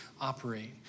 operate